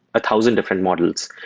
a thousand different models.